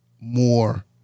more